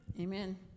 Amen